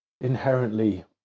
inherently